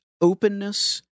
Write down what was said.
openness